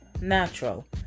natural